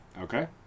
Okay